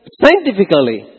scientifically